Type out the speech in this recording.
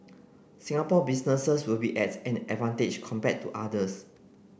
Singapore businesses will be at an advantage compared to others